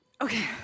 Okay